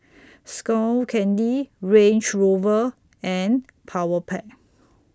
Skull Candy Range Rover and Powerpac